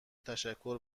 تشکر